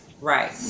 Right